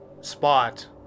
spot